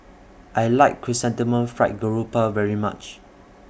I like Chrysanthemum Fried Grouper very much